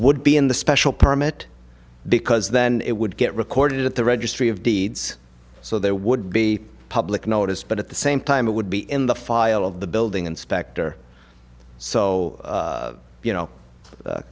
would be in the special permit because then it would get recorded at the registry of deeds so there would be public notice but at the same time it would be in the file of the building inspector so you know